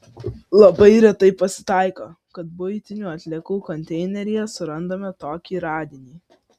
labai retai pasitaiko kad buitinių atliekų konteineryje surandame tokį radinį